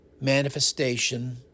Manifestation